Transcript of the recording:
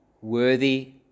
worthy